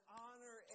honor